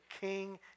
king